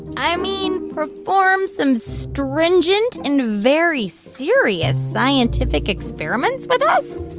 i mean perform some stringent and very serious scientific experiments with us?